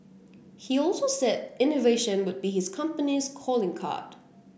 he also said innovation would be his company's calling card